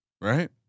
Right